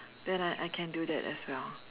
then I I can do that as well